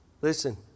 Listen